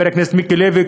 חבר הכנסת מיקי לוי,